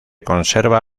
conserva